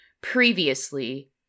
Previously